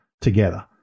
together